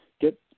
get